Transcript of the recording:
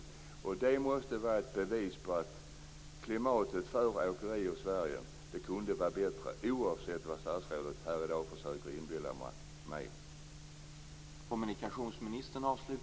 Det måste vara ett bevis på att klimatet för åkerier i Sverige kunde vara bättre, oavsett vad statsrådet här i dag försöker att inbilla mig.